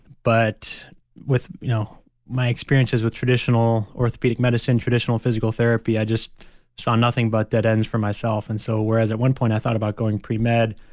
but with you know my experiences with traditional orthopedic medicine, traditional physical therapy, i just saw nothing but dead ends for myself. and so, whereas at one point i thought about going premed,